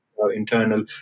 internal